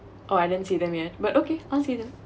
oh I didn't see them yet but okay I'll see them